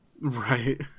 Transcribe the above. Right